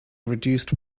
reduced